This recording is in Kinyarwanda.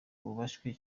bubashywe